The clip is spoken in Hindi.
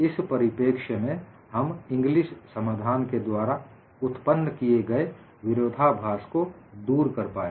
इस परिपेक्ष्य से हम इंग्लिस समाधान के द्वारा उत्पन्न किए गए विरोधाभास को दूर कर पाए